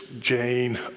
Jane